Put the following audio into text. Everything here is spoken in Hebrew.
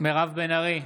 מירב בן ארי,